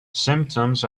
symptoms